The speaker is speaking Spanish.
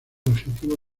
adjetivo